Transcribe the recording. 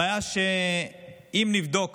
הבעיה היא שאם נבדוק